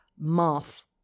moth